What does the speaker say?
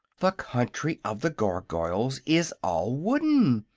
the country of the gargoyles is all wooden!